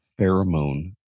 pheromone